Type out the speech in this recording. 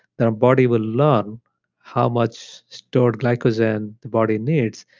then our body will learn how much stored glycogen the body needs.